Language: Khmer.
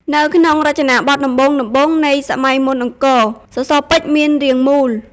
នៅក្នុងរចនាបថដំបូងៗនៃសម័យមុនអង្គរ សសរពេជ្រមានរាងមូល។